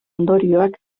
ondorioak